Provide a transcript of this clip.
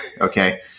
Okay